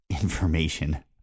information